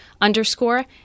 underscore